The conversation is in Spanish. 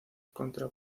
contra